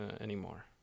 anymore